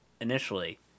initially